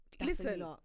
listen